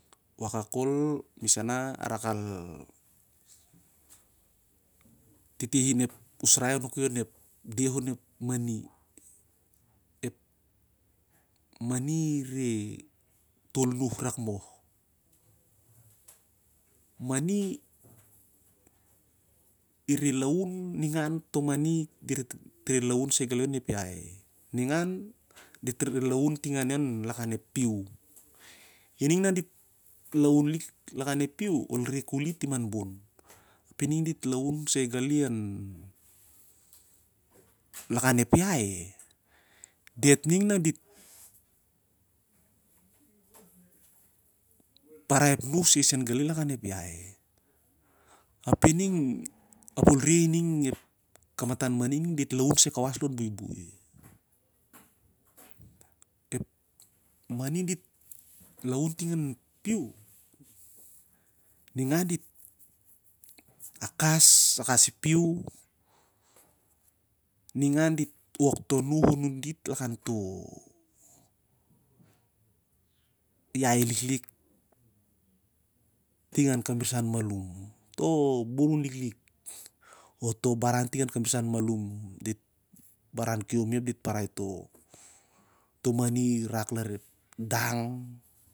Wakak kohl misana al rak al titihin ep urai anuk onep deh onep mani. Ep mani ire tol nuh rakmoh? Mani i re laun rakmoh? Ningan to mani dit lavun sai gali lakan ep iaihi, ningan dit rre lavuan ting aneh lakan a pehu. Dit ningrere laun lakan ap pen, ol re kohl i tingan bon. Api ning dit lavan sai gali. Lakan ep iahi dit parai ep nuh sai gali lakan ep iahi. Api ning ol re i kamatan mani ning dit lavun sai gali lon buibui. Ep mani na de't lavun ting long piu, ningan dit akas, akas ep piu, ningan dit wok tok nuh nun dit lakan toh iahi liklik ting kamrisan malum, toh burun liklik or toh baran ting kamrisan malum larep dang.